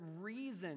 reason